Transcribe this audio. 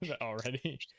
already